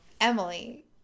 Emily